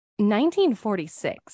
1946